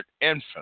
infant